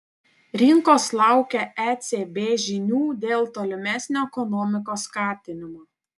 rinkos laukia ecb žinių dėl tolimesnio ekonomikos skatinimo